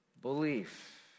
Belief